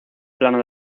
plano